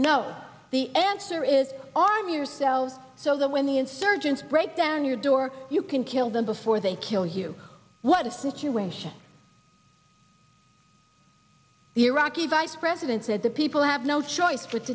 know the answer is arm yourself so that when the insurgents break down your door you can kill them before they kill you what the situation the iraqi vice president said the people have no choice but